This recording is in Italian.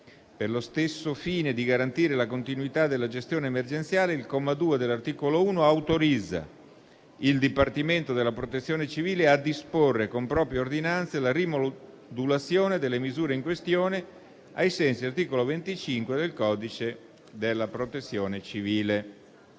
Per lo stesso fine di garantire la continuità della gestione emergenziale, il comma 2 dell'articolo 1 autorizza il Dipartimento della protezione civile a disporre, con proprie ordinanze, la rimodulazione delle misure in questione ai sensi dell'articolo 25 del codice della Protezione civile.